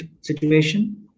situation